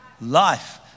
life